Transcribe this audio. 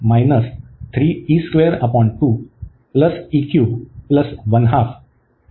तर आपण करू